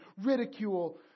ridicule